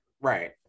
Right